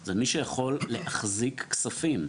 זה מי שיכול להחזיק כספים.